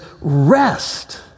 rest